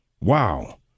Wow